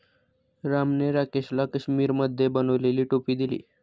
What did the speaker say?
रामने राकेशला काश्मिरीमध्ये बनवलेली टोपी दिली